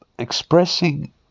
expressing